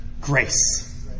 Grace